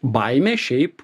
baimė šiaip